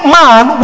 man